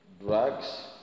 drugs